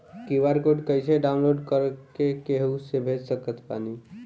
QR code कइसे download कर के केहु के भेज सकत बानी?